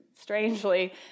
strangely